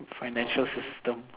financial system